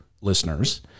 listeners